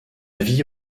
vie